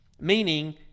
meaning